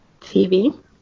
TV